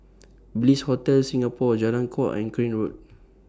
Bliss Hotel Singapore Jalan Kuak and Crane Road